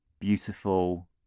beautiful